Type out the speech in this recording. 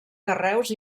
carreus